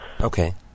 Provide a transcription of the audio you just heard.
Okay